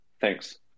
Thanks